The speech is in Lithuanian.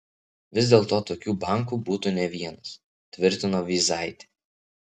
vis dėlto tokių bankų būtų ne vienas tvirtino vyzaitė